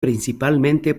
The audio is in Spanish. principalmente